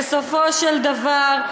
בסופו של דבר,